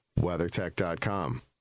weathertech.com